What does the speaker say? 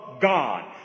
God